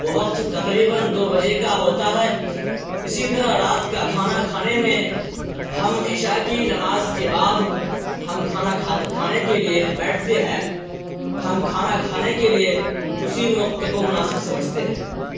وہ وقت تقریباً دو بجے کا ہوتا ہے اسی طرح رات کا کھانا کھانے میں ہم عشاء کی نماز کے بعد ہم کھانا کھاتے کھانے کے لیے بیٹھتے ہیں ہم کھانا کھانے کے لیے اسی وقت کو مناسب سمجھتے ہیں